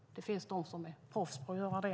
Det finns de som är proffs på att göra det.